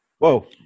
Whoa